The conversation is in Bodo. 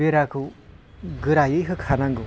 बेराखौ गोरायै होखानांगौ